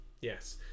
yes